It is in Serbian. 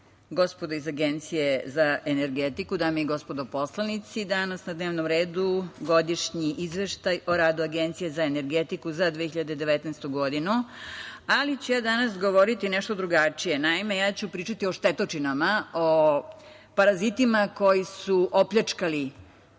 iz Agencije za energetiku, dame i gospodo poslanici, danas na dnevnom redu Godišnji izveštaj o radu Agencije za energetiku za 2019. godinu, ali će govoriti govoriti nešto drugačije. Naime, ja ću pričati o štetočinama, o parazitima koji su opljačkali